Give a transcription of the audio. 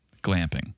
glamping